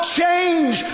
change